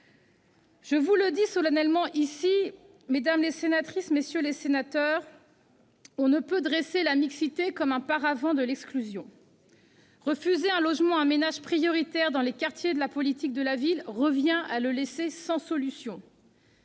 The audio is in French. Je le dis solennellement devant vous, mesdames les sénatrices, messieurs les sénateurs : on ne peut dresser la mixité comme le paravent de l'exclusion. Refuser un logement à un ménage prioritaire dans un quartier de la politique de la ville revient à le laisser sans solution.